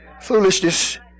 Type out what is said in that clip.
Foolishness